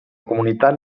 comunitat